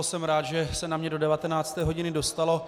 Jsem rád, že se na mě do 19. hodiny dostalo.